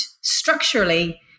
structurally